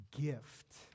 gift